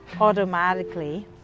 automatically